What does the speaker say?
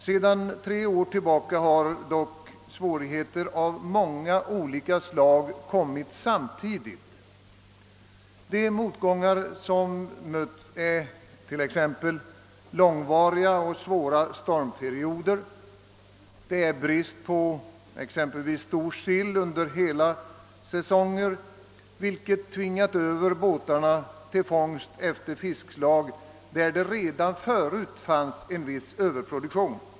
Sedan tre år tillbaka har dock svårigheter av många olika slag inträffat samtidigt. En motgång som mött är t.ex. långvariga och svåra stormperioder. En annan är brist på exempelvis stor sill under hela säsonger, vilket tvingat över båtarna till fångst efter fiskslag där det redan förut fanns en viss överproduktion.